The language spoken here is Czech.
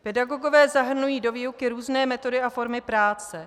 Pedagogové zahrnují do výuky různé metody a formy práce.